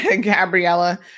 Gabriella